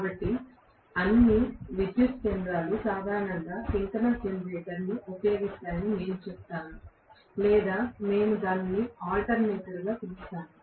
కాబట్టి అన్ని విద్యుత్ కేంద్రాలు సాధారణంగా సింక్రోనస్ జనరేటర్ ను ఉపయోగిస్తాయని నేను చెప్తాను లేదా మేము దానిని ఆల్టర్నేటర్ గా పిలుస్తాము